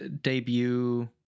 debut